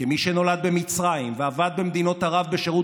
כמי שנולד במצרים ועבד במדינות ערב בשירות